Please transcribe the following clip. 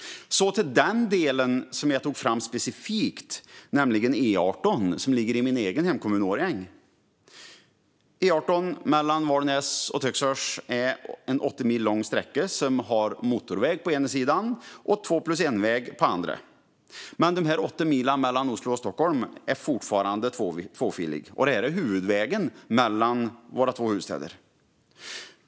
Så till den delen som jag lyfte fram specifikt, nämligen E18 som går genom min egen hemkommun Årjäng. På dessa åtta mil är vägen tvåfilig - och det här är alltså huvudvägen mellan våra två huvudstäder.